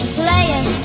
playing